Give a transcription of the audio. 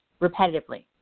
Repetitively